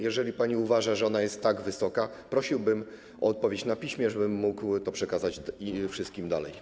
Jeżeli pani uważa, że jest ona tak wysoka, prosiłbym o odpowiedź na piśmie, żebym mógł to przekazać wszystkim dalej.